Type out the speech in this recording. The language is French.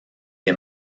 est